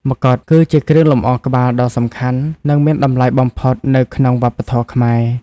ម្កុដ គឺជាគ្រឿងលម្អក្បាលដ៏សំខាន់ និងមានតម្លៃបំផុតនៅក្នុងវប្បធម៌ខ្មែរ។